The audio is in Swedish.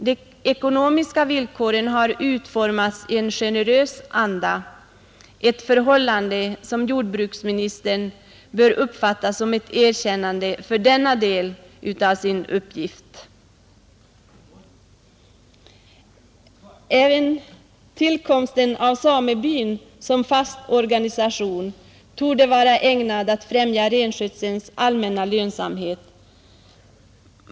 De ekonomiska villkoren har utformats i en generös anda, ett förhållande som jordbruksministern bör uppfatta som ett erkännande för denna del av sin uppgift. Även tillkomsten av samebyn som fast organisation torde vara ägnad att främja renskötselns allmänna lönsamhet.